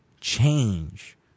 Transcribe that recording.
change